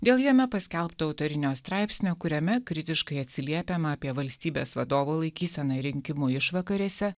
dėl jame paskelbto autorinio straipsnio kuriame kritiškai atsiliepiama apie valstybės vadovo laikyseną rinkimų išvakarėse